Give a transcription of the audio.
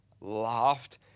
laughed